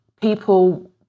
people